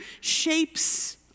shapes